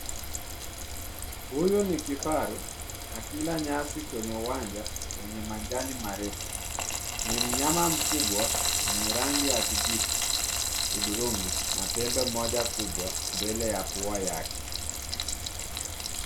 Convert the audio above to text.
Huyu ni kifaru akila nyasi kwenye uwanja wenye majani marefu. Ni mnyama mkubwa mwenye rangi ya kijivu, hudhurungi na pembe moja kubwa mbele ya pua yake.